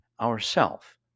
ourself